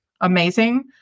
amazing